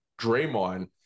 Draymond